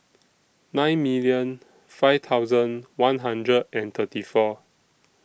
nine million five thousand one hundred and thirty four